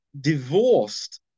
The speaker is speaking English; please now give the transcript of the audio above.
divorced